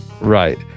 Right